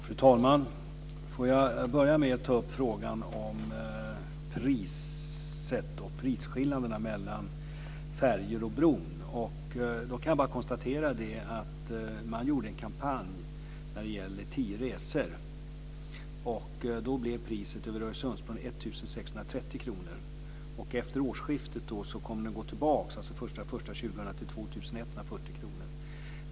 Fru talman! Jag ber att få börja med frågan om prissättning och prisskillnaderna mellan färjor och bron. Man gjorde en kampanj avseende tio resor. Priset över Öresundsbron blev då 1 630 kr. Efter årsskiftet, alltså den 1 januari 2001, går det tillbaka till de 2 140 kronorna.